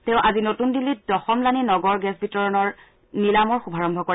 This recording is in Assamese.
তেওঁ আজি নতুন দিল্লীত দশমলানী নগৰ গেছ বিতৰণৰ নিলামী শুভাৰম্ভ কৰে